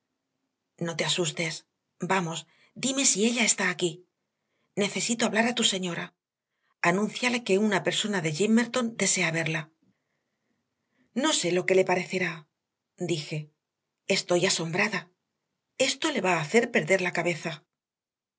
no te asustes vamos dime si ella está aquí necesito hablar a tu señora anúnciale que una persona de gimmerton desea verla no sé lo que le parecerá dije estoy asombrada esto le va a hacer perder la cabeza